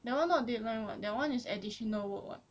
that one not deadline [what] that one is additional work [what]